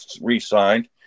re-signed